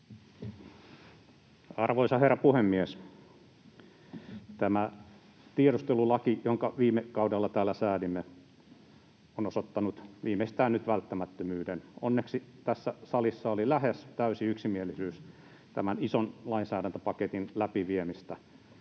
Arvoisa herra puhemies! Tämä tiedustelulaki, jonka viime kaudella täällä säädimme, on osoittanut viimeistään nyt välttämättömyytensä. Onneksi tässä salissa oli lähes täysi yksimielisyys tämän ison lainsäädäntöpaketin läpiviennistä.